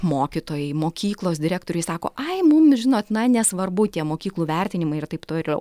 mokytojai mokyklos direktoriui sako ai mum žinot na nesvarbu tie mokyklų vertinimai ir taip toliau